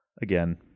Again